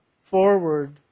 forward